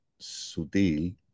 sutil